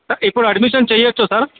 sir ఇప్పుడు admission చెయ్యొచ్చా sir